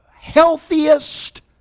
healthiest